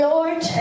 Lord